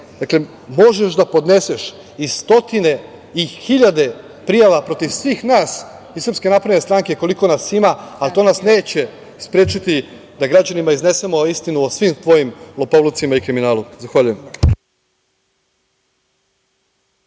možeš da podneseš i stotine i hiljade prijava protiv svih nas iz SNS koliko nas ima, ali to nas neće sprečiti da građanima iznesemo istinu o svim tvojim lopovlucima i kriminalu. Zahvaljujem.